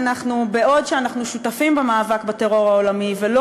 בעוד אנחנו שותפים במאבק בטרור העולמי ולא